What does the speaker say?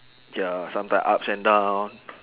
ya sometime ups and down